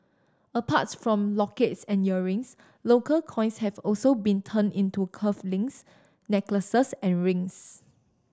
apart from lockets and earrings local coins have also been turned into cuff links necklaces and rings